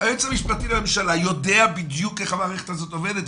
היועץ המשפטי לממשלה יודע בדיוק איך המערכת הזו עובדת,